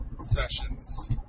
sessions